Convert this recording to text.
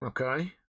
Okay